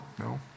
no